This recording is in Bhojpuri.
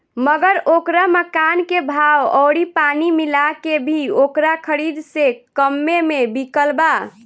मगर ओकरा मकान के भाव अउरी पानी मिला के भी ओकरा खरीद से कम्मे मे बिकल बा